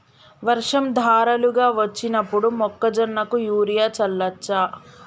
వర్షం ధారలుగా వచ్చినప్పుడు మొక్కజొన్న కు యూరియా చల్లచ్చా?